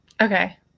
Okay